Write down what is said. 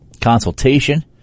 consultation